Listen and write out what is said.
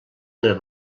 les